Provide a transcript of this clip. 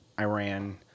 Iran